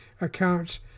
accounts